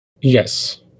Yes